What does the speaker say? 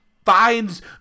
finds